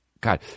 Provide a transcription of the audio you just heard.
God